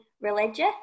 religious